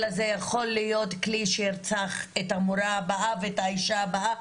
אלא זה יכול להיות כלי שירצח את המורה הבאה ואת האישה הבאה,